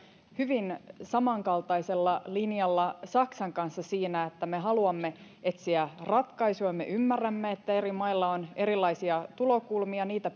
hyvin samankaltaisella linjalla saksan kanssa siinä että me haluamme etsiä ratkaisuja ja me ymmärrämme että eri mailla on erilaisia tulokulmia ja niitä